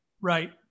Right